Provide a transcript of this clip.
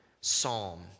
psalm